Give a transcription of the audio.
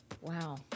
Wow